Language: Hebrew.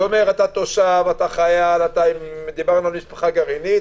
כלומר תושב, חייל, משפחה גרעינית